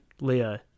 Leo